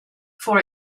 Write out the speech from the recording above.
for